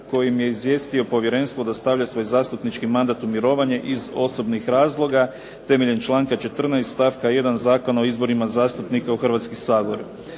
kojim je izvijestio povjerenstvo da stavlja svoj zastupnički mandat u mirovanje iz osobnih razloga, temeljem članka 14. stavka 1. Zakona o izborima zastupnika u Hrvatski sabor.